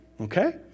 okay